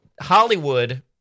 Hollywood